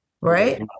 right